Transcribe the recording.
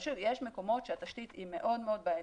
יש מקומות שהתשתית היא מאוד מאוד בעייתית,